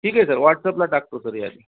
ठीक आहे सर व्हॉट्सपला टाकतो सर यादी